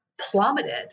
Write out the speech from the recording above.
plummeted